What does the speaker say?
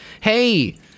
hey